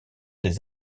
des